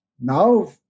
Now